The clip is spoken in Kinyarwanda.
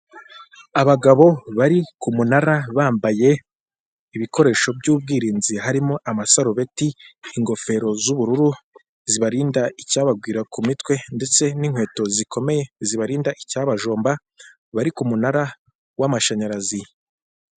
Abagabo bari ku munara bambaye ibikoresho by'ubwirinzi, harimo amasarobeti, ingofero z'ubururu zibarinda icyabagwira ku mitwe, ndetse n'inkweto zikomeye zibarinda icyabajomba. Bari ku munara w'amashanyarazi.